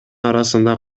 арасында